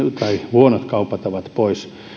huonot kauppatavat pois